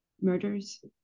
murders